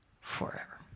forever